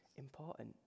important